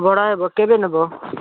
ଭଡ଼ା ଗୋଟେ ଦିନକୁ